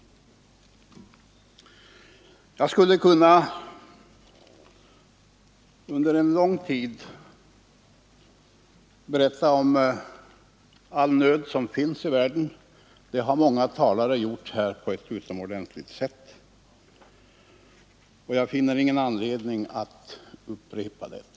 Jag skulle under lång tid kunna berätta om all nöd som finns i världen. Det har många talare gjort här på ett utomordentligt sätt, och jag finner ingen anledning att upprepa det.